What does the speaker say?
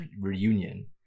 reunion